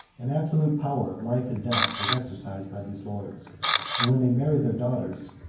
an absolute power of life and death was exercised by these lords and when they married their daughters,